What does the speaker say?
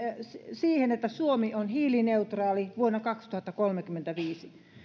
siihen että suomi on hiilineutraali vuonna kaksituhattakolmekymmentäviisi